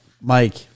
Mike